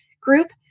group